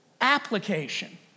application